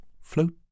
float